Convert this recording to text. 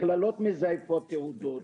מכללות מזייפות תעודות,